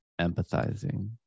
empathizing